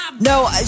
No